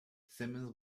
simmons